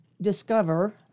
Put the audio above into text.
discover